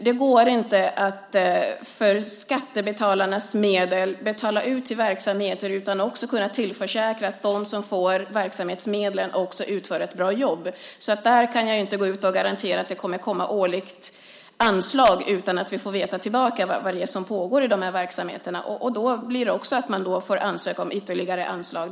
Det går inte att med skattebetalarnas medel betala ut till verksamheter utan att kunna tillförsäkra att de som får dessa medel också utför ett bra jobb. Därför kan jag inte gå ut och garantera att det årligen kommer anslag utan att vi får veta vad det är som pågår inom verksamheterna. Och då får man alltså ansöka om ytterligare anslag.